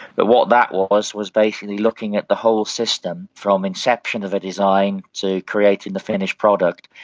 but what that was was basically looking at the whole system, from inception of a design to creating the finished product,